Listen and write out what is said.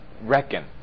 reckon